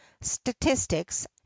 statistics